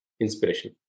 inspiration